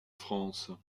france